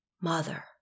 mother